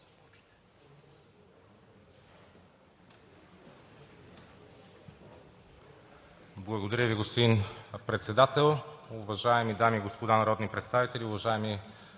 Благодаря Ви, господин Председател. Уважаеми дами и господа народни представители, уважаеми